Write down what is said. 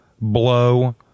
Blow